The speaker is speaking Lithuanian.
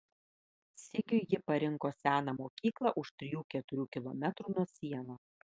sigiui ji parinko seną mokyklą už trijų keturių kilometrų nuo sienos